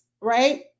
right